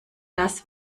das